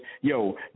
yo